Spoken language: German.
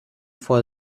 vor